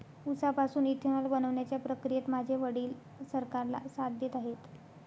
उसापासून इथेनॉल बनवण्याच्या प्रक्रियेत माझे वडील सरकारला साथ देत आहेत